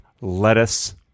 lettuce